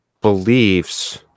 beliefs